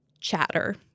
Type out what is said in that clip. chatter